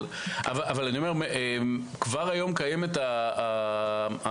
אבל כבר היום קיימת החקיקה.